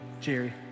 Jerry